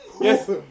Yes